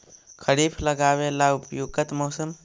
खरिफ लगाबे ला उपयुकत मौसम?